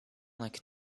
like